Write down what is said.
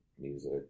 music